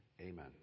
Amen